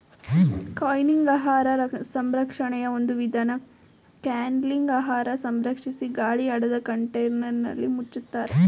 canning ಆಹಾರ ಸಂರಕ್ಷಣೆ ಒಂದು ವಿಧಾನ ಕ್ಯಾನಿಂಗ್ಲಿ ಆಹಾರವ ಸಂಸ್ಕರಿಸಿ ಗಾಳಿಯಾಡದ ಕಂಟೇನರ್ನಲ್ಲಿ ಮುಚ್ತಾರೆ